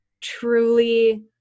truly